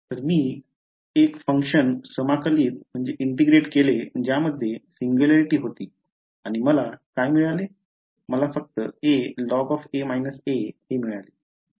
तर मी एक फंक्शन समाकलित केले ज्यामध्ये सिंग्युलॅरिटी होती आणि मला काय मिळाले मला फक्त alog a हे मिळाले